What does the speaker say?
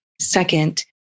Second